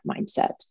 mindset